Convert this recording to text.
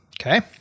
Okay